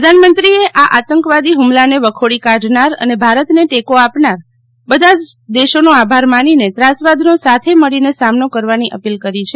પ્રધાનમંત્રીએ આ આતંકવાદી હુમલાને વખોડી કાઢનાર અને ભારતને ટેકો આપનાર બધાં જ દેશોનો આભાર માનીને ત્રાસવાદનો સાથે મળીને સામનો કરવાની અપીલ કરી છે